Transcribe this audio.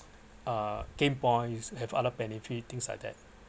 uh gain points have other benefits things like that